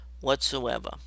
whatsoever